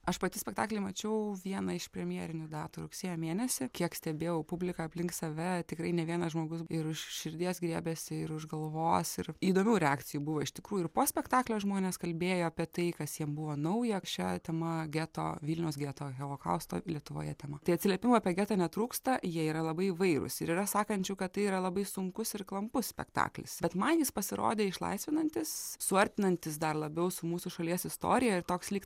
aš pati spektaklį mačiau vieną iš premjerinių datų rugsėjo mėnesį kiek stebėjau publiką aplink save tikrai ne vienas žmogus ir už širdies griebiasi ir už galvos ir įdomių reakcijų buvo iš tikrųjų ir po spektaklio žmonės kalbėjo apie tai kas jiem buvo nauja šia tema geto vilniaus geto holokausto lietuvoje tema tai atsiliepimų apie getą netrūksta jie yra labai įvairūs ir yra sakančių kad tai yra labai sunkus ir klampus spektaklis bet man jis pasirodė išlaisvinantis suartinantis dar labiau su mūsų šalies istorija ir toks lyg